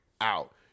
out